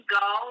go